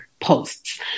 posts